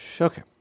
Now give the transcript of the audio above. Okay